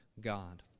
God